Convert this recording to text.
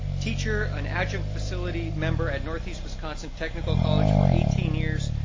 teacher, an adjunct facility member at northeast wisconsin technical college for eighteen years.